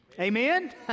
Amen